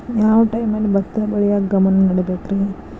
ಯಾವ್ ಟೈಮಲ್ಲಿ ಭತ್ತ ಬೆಳಿಯಾಕ ಗಮನ ನೇಡಬೇಕ್ರೇ?